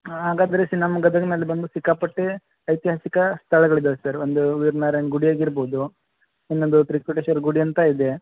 ಹಾಗಾದರೆ ಸಿ ನಮ್ಮ ಗದಗಿನಲ್ಲಿ ಬಂದು ಸಿಕ್ಕಾಪಟ್ಟೆ ಐತಿಹಾಸಿಕ ಸ್ಥಳಗಳಿದ್ದಾವೆ ಸರ್ ಒಂದು ವೀರ ನಾರಾಯಣ ಗುಡಿ ಆಗಿರ್ಬಹುದು ಇನ್ನೊಂದು ತ್ರಿಕೋಟೇಶ್ವರ ಗುಡಿ ಅಂತ ಇದೆ